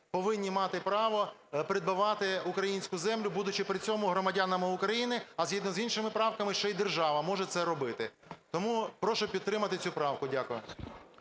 повинні мати право придбати українську землю, будучи при цьому громадянами України, а згідно з іншими правками ще і держава може це робити. Тому прошу підтримати цю правку. Дякую.